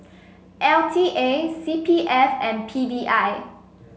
L T A C P F and P D I